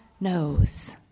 knows